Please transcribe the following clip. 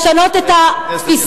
לשנות את התפיסה,